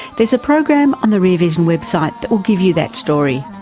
there is a program on the rear vision website that will give you that story.